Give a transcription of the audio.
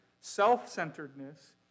self-centeredness